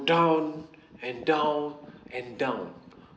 down and down and down